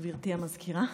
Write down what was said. גברתי המזכירה,